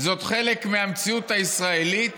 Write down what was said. זה חלק מהמציאות הישראלית